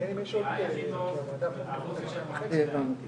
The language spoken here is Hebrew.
בכל מקרה יש לנו גם קמפיין שאומר בכל גיל ובכל מצב,